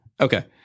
Okay